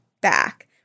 back